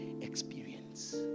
experience